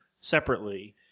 separately